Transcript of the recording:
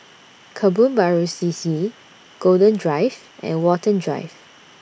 Kebun Baru C C Golden Drive and Watten Drive